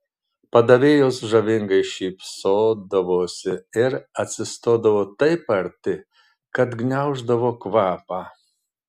padavėjos žavingai šypsodavosi ir atsistodavo taip arti kad gniauždavo kvapą